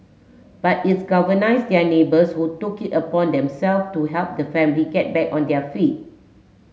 but its galvanised their neighbours who took it upon them self to help the family get back on their feet